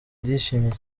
ndishimye